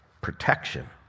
protection